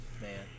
Man